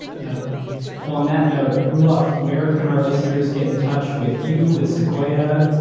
yeah on that note, roelof, where can our listeners get in touch with you? with sequoia?